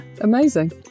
amazing